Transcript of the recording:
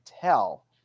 tell